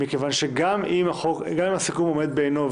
מכיוון שגם אם הסיכום עומד בעינו,